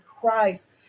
Christ